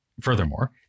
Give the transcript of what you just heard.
Furthermore